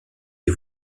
des